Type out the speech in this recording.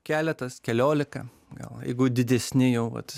keletas keliolika gal jeigu didesni jau vat